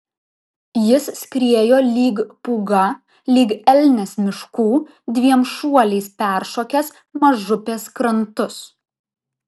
jis skriejo lyg pūga lyg elnias miškų dviem šuoliais peršokęs mažupės krantus